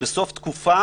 בסוף תקופה